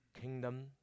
kingdom